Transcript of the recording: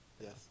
Yes